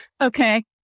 Okay